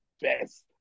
best